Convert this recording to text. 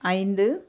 ஐந்து